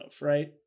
right